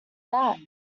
that